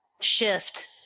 shift